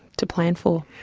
to plan for.